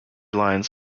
lines